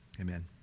Amen